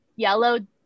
Yellow